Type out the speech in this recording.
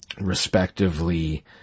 respectively